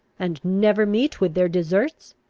and never meet with their deserts?